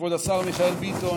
כבוד השר מיכאל ביטון,